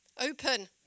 Open